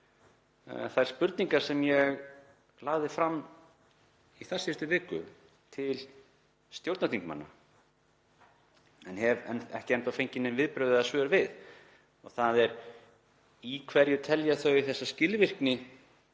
þær spurningar sem ég lagði fram í þarsíðustu viku til stjórnarþingmanna en hef ekki enn fengið nein viðbrögð eða svör við, þ.e. í hverju telja þau þessa skilvirkni